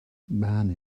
man